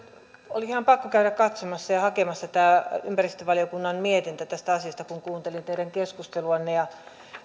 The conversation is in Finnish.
oli ihan pakko käydä katsomassa ja hakemassa tämä ympäristövaliokunnan mietintö tästä asiasta kun kuuntelin teidän keskusteluanne